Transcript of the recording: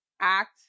act